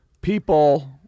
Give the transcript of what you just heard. people